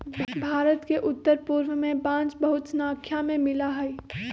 भारत के उत्तर पूर्व में बांस बहुत स्नाख्या में मिला हई